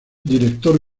director